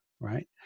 right